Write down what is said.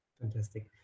Fantastic